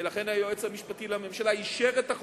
אין לי